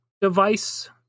device